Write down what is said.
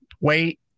wait